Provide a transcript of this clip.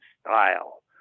style